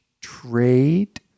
trade